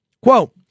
Quote